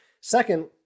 Second